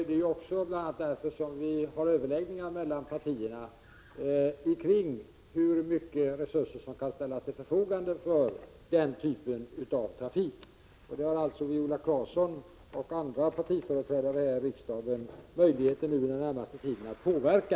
Det är bl.a. därför som vi har överläggningar mellan partierna kring hur mycket resurser som kan ställas till förfogande för den typen av trafik, och det har alltså Viola Claesson och andra partiföreträdare här i riksdagen under den närmaste tiden möjlighet att påverka.